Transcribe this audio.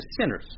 sinners